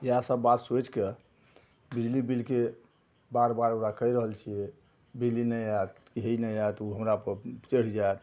इएहसब बात सोचिके बिजली बिलके बार बार ओकरा कहि रहल छिए बिजली नहि आएत हे ई नहि आएत ओ हमरापर चढ़ि जाएत